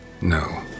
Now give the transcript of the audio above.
No